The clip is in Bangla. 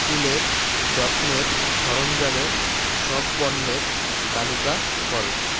চুলের যত্নের সরঞ্জামের সব পণ্যের তালিকা করো